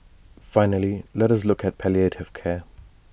finally let us look at palliative care